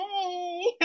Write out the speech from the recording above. hey